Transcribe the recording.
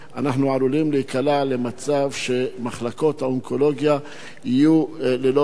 אנחנו עלולים להיקלע למצב שמחלקות האונקולוגיה יהיו ללא רופאים.